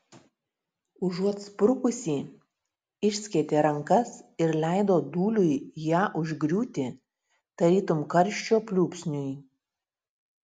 užuot sprukusį išskėtė rankas ir leido dūliui ją užgriūti tarytum karščio pliūpsniui